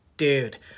Dude